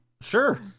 Sure